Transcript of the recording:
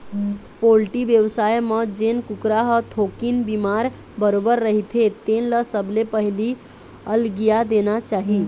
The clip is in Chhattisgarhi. पोल्टी बेवसाय म जेन कुकरा ह थोकिन बिमार बरोबर रहिथे तेन ल सबले पहिली अलगिया देना चाही